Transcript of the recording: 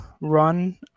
run